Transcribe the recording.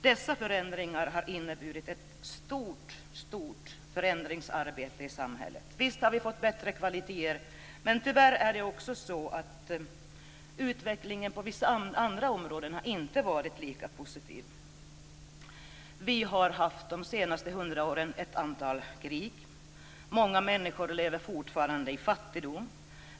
Dessa förändringar har inneburit ett stort förändringsarbete i samhället. Visst har vi fått bättre livskvalitet, men tyvärr har utvecklingen på vissa andra områden inte varit lika positiv. Vi har de senaste hundra åren haft ett antal krig. Många människor lever fortfarande i fattigdom.